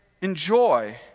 enjoy